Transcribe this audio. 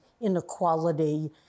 inequality